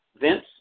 Vince